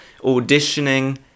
auditioning